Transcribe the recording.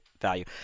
value